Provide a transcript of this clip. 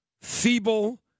feeble